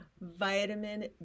Vitamin